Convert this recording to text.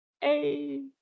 Hey